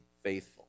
faithful